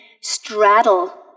straddle